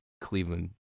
Cleveland